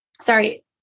sorry